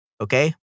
Okay